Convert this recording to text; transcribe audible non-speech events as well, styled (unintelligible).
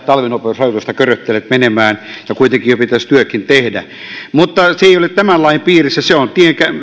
(unintelligible) talvinopeusrajoitusta köröttelet menemään ja kuitenkin pitäisi työkin tehdä mutta se ei ole tämän lain piirissä se on